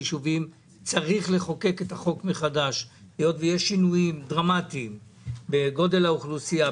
צריך לחוקק את החוק מחדש מכיוון שיש שינויים דרמטיים בגודל האוכלוסייה,